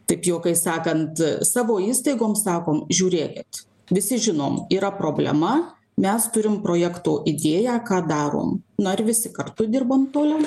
taip juokais sakant savo įstaigoms sakom žiūrėkit visi žinom yra problema mes turim projekto idėją ką darom na ir visi kartu dirbam toliau